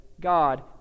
God